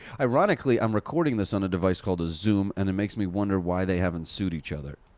ironically, i'm recording this on a device called a zoom, and it makes me wonder why they haven't sued each other